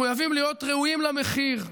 מחויבים להיות ראויים למחיר,